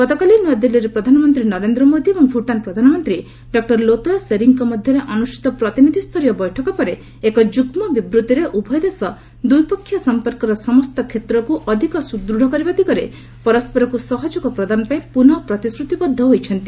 ଗତକାଲି ନୂଆଦିଲ୍ଲୀଠାରେ ପ୍ରଧାନମନ୍ତ୍ରୀ ନରେନ୍ଦ୍ର ମୋଦି ଏବଂ ଭୁଟାନ୍ ପ୍ରଧାନମନ୍ତ୍ରୀ ଡକ୍ଟର ଲୋତୟ ଶେରିଙ୍କ ମଧ୍ୟରେ ଅନୁଷ୍ଠିତ ପ୍ରତିନିଧି ସ୍ତରୀୟ ବୈଠକ ପରେ ଏକ ଯୁଗ୍ମ ବିବୃତ୍ତିରେ ଉଭୟ ଦେଶ ଦ୍ୱିପକ୍ଷିୟ ସମ୍ପର୍କର ସମସ୍ତ କ୍ଷେତ୍ରକୁ ଅଧିକ ସୁଦୃଢ଼ କରିବା ଦିଗରେ ପରସ୍କରକୁ ସହଯୋଗ ପ୍ରଦାନ ପାଇଁ ପୁନଃ ପ୍ରତିଶ୍ରୁତିବଦ୍ଧ ହୋଇଛନ୍ତି